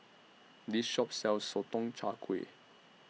This Shop sells Sotong Char Kway